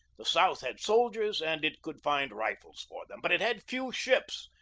the south had soldiers, and it could find rifles for them. but it had few ships,